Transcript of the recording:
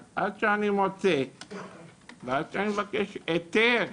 אז עד שאני מוצא ועד שאני מבקש היתר,